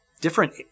different